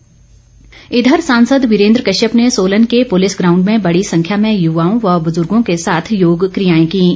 वीरेन्द्र कश्यप इधर सासंद वीरेन्द्र कश्यप ने सोलन के पुलिस ग्राउंड में बड़ी संख्या में युवाओं व बुजुर्गो के साथ योग क्रियायें कीं